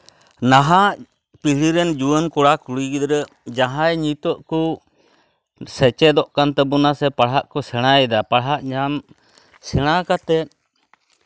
ᱱᱟᱦᱟᱜ ᱯᱤᱲᱦᱤ ᱨᱮᱱ ᱡᱩᱣᱟᱹᱱ ᱠᱚᱲᱟ ᱠᱩᱲᱤ ᱜᱤᱫᱽᱨᱟᱹ ᱡᱟᱦᱟᱸᱭ ᱱᱤᱛᱚᱜ ᱠᱚ ᱥᱮᱪᱮᱫᱚᱜ ᱠᱟᱱ ᱛᱟᱵᱚᱱᱟ ᱥᱮ ᱯᱟᱲᱦᱟᱜ ᱠᱚ ᱥᱮᱬᱟᱭᱮᱫᱟ ᱯᱟᱲᱦᱟᱜ ᱧᱟᱢ ᱥᱮᱬᱟ ᱠᱟᱛᱮᱜ